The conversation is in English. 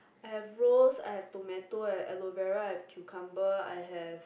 I have rose tomato aloe vera cucumber I have